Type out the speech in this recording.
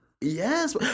Yes